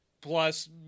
Plus